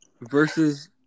Versus